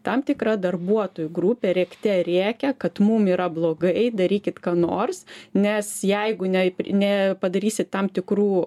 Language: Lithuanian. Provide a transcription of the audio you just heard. tam tikra darbuotojų grupė rėkte rėkia kad mum yra blogai darykit ką nors nes jeigu ne nepadarysit tam tikrų